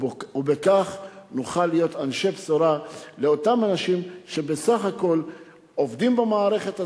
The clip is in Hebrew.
ובכך נוכל להיות אנשי בשורה לאותם אנשים שבסך הכול עובדים במערכת הזאת,